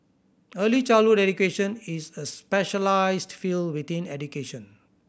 early childhood education is a specialised field within education